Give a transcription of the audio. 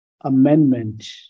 amendment